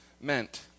meant